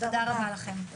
תודה רבה לכם.